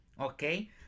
okay